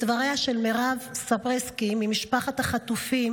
דבריה של מירב סבירסקי ממשפחת חטופים,